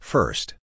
First